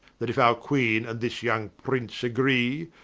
that if our queene, and this young prince agree,